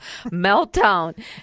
meltdown